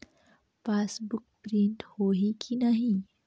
Passbook print होही कि नहीं?